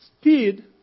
speed